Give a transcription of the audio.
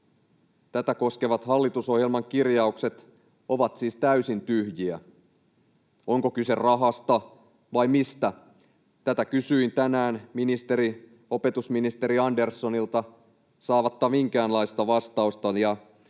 Tätä koskevat hallitusohjelman kirjaukset ovat siis täysin tyhjiä. Onko kyse rahasta vai mistä, tätä kysyin tänään opetusministeri Anderssonilta saamatta minkäänlaista vastausta,